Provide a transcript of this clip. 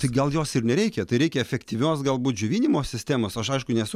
tai gal jos ir nereikia tai reikia efektyvios galbūt džiovinimo sistemos aš aišku nesu